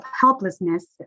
helplessness